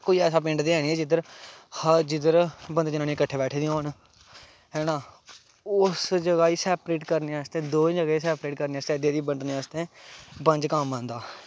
कोई पिंड ऐसा निं ऐ जिद्धर बंदे जनानियां किट्ठे बैठी दियां होन हैना उस जगाह् गी सैपरेट करने आस्तै दो जगहें गी सैपरेट करने आस्तै बंडनें आस्तै बंज कम्म आंदा